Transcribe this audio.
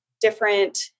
different